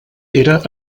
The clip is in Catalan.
era